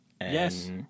Yes